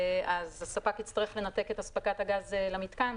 הספק יצטרך לנתק את אספקת הגז למיתקן